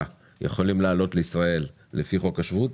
יכולים לעלות לישראל לפי חוק השבות,